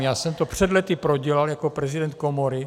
Já jsem to před lety prodělal jako prezident komory.